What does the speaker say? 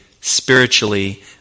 spiritually